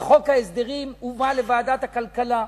בחוק ההסדרים, והובאה לוועדת הכלכלה.